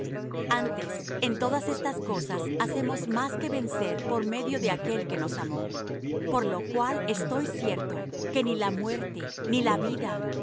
antes en todas estas cosas hacemos más que vencer por medio de aquel que nos amó por lo cual estoy cierto que ni la muerte ni la vida